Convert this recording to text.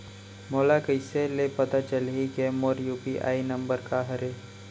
मोला कइसे ले पता चलही के मोर यू.पी.आई नंबर का हरे?